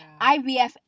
IVF